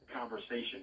conversation